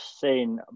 seen